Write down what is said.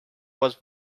was